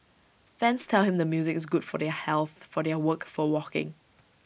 fans tell him the music is good for their health for their work for walking